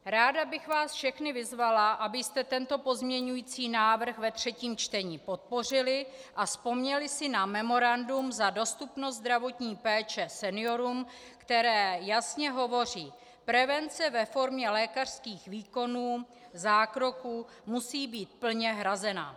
Ráda bych vás všechny vyzvala, abyste tento pozměňující návrh ve třetím čtení podpořili a vzpomněli si na memorandum za dostupnost zdravotní péče seniorům, které jasně hovoří: prevence ve formě lékařských výkonů, zákroků, musí být plně hrazena.